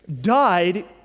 died